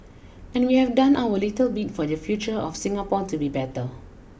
and we have done our little bit for the future of Singapore to be better